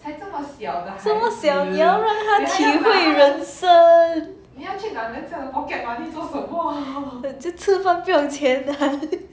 这么小你要让他体会人生就吃饭不用钱 ah